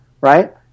right